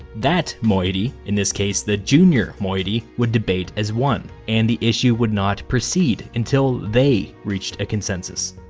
that moiety, in this case the junior moiety, would debate as one, and the issue would not proceed until they reached a consensus.